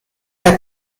bei